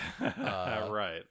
right